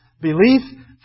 Belief